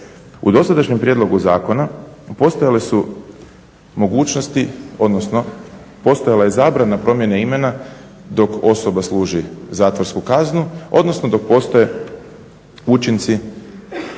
U dosadašnjem prijedlogu zakona postojale su mogućnosti, odnosno postojala je zabrana promjene imena dok osoba služi zatvorsku kaznu, odnosno dok postoje učinci